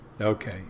Okay